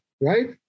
right